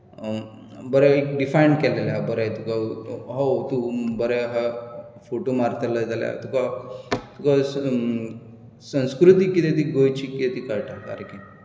बरें एक डिफायन केल्लें आहा बरें तुका अहो तूं बरें तूं फोटो मारतले जाल्यार तुका तुका संस्कृती कितें ती गोंयची कितें ती कळटा सारकी